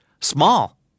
Small